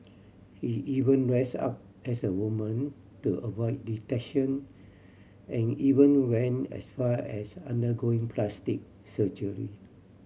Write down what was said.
he even dressed up as a woman to avoid detection and even went as far as undergoing plastic surgery